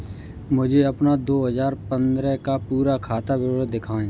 मुझे अपना दो हजार पन्द्रह का पूरा खाता विवरण दिखाएँ?